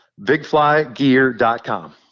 Bigflygear.com